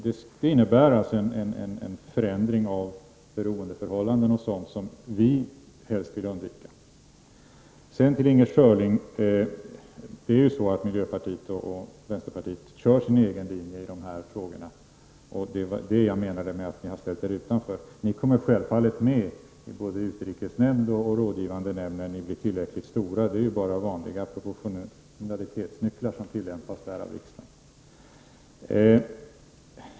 Det innebär en förändring av beroendeförhållandena som vi helst vill undvika. Inger Schörling, miljöpartiet och vänsterpartiet kör sin egen linje i de här frågorna. Det var det jag menade med att ni har ställt er utanför. Ni kommer självfallet med i både utrikesnämnd och rådgivande nämnd när ni blir tillräckligt stora. Det är bara vanliga proportionalitetsnycklar som tillämpas av riksdagen.